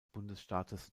bundesstaates